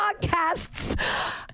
podcasts